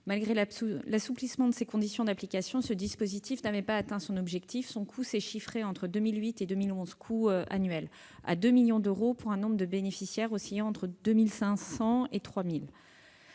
Malgré l'assouplissement de ses conditions d'application, ce dispositif n'avait pas atteint son objectif : son coût annuel s'est chiffré, entre 2008 et 2011, à 2 millions d'euros, pour un nombre de bénéficiaires oscillant entre 2 500 et 3 000.